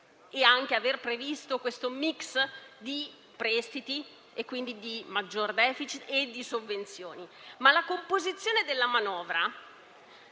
ed anche l'aver previsto un *mix* di prestiti - quindi di maggior *deficit* - e di sovvenzioni, ma la composizione della manovra